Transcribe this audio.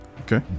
Okay